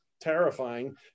terrifying